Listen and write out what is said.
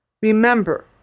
Remember